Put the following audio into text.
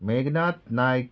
Meghnath Naik